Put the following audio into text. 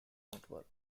network